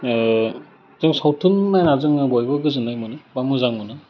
जों सावथुन नायना जोङो बयबो गोजोननाय मोनो बा मोजां मोनो